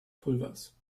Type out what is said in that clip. pulvers